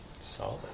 Solid